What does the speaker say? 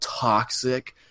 toxic